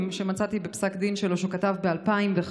שמצאתי בפסק דין שלו שהוא כתב ב-2005.